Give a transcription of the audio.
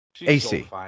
AC